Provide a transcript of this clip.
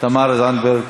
תמר זנדברג.